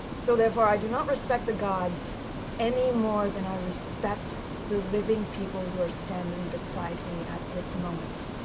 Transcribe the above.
so, therefore, i do not respect the gods any more than i respect the living people who are standing beside me at this moment.